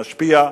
נשפיע,